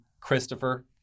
Christopher